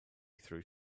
through